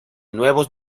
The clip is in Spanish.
nuevos